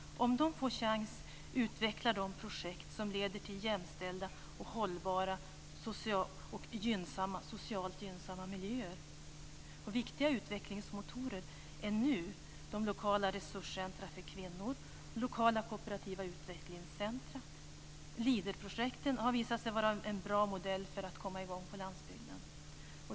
Om de får en chans utvecklar de projekt som leder till jämställda, hållbara och socialt gynnsamma miljöer. Viktiga utvecklingsmotorer är lokala resurscentrum för kvinnor och lokala kooperativa utvecklingscentrum. Leaderprojekten har visat sig vara en bra modell för att komma i gång på landsbygden.